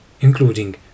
including